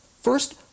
First